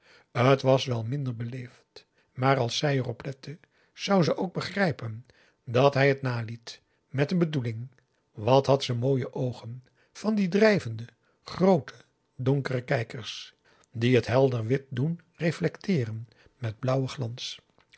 t was wel minder beleefd maar als zij er op lette zou ze ook begrijpen dat hij t naliet met een bedoeling wat had ze mooie oogen van die drijvende groote donkere kijkers die het p a daum de van der lindens c s onder ps maurits helder wit doen reflecteeren met blauwen glans